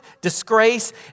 disgrace